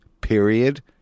Period